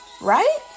right